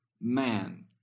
man